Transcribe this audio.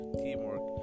teamwork